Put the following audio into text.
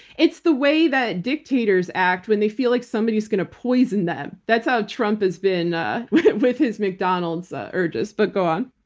it's the way that dictators act when they feel like somebody is going to poison them. that's how trump has been ah with with his mcdonald's urges. but go on.